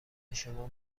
شما